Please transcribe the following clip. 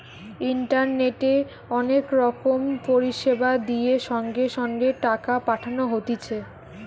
ইন্টারনেটে অনেক রকম পরিষেবা দিয়ে সঙ্গে সঙ্গে টাকা পাঠানো হতিছে